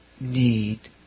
need